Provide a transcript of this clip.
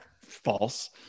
false